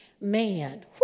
man